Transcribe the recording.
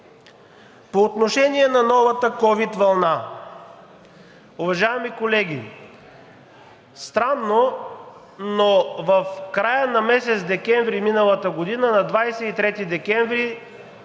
По отношение на новата ковид вълна. Уважаеми колеги, странно, но в края на месец декември миналата година, на 23 декември,